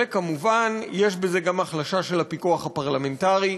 וכמובן יש בזה גם החלשה של הפיקוח הפרלמנטרי.